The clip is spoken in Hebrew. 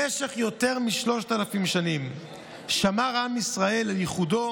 במשך יותר משלושת אלפים שנים שמר עם מישראל על ייחודו